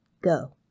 Go